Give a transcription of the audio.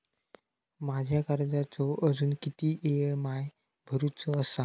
माझ्या कर्जाचो अजून किती ई.एम.आय भरूचो असा?